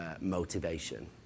motivation